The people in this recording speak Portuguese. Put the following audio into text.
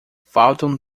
faltam